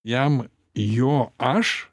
jam jo aš